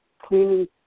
cleaning